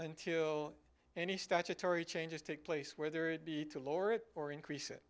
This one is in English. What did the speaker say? until any statutory changes take place where there it be to lower it or increase it